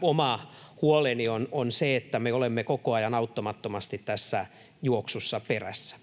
oma huoleni on se, että me olemme koko ajan auttamattomasti tässä juoksussa perässä.